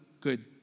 good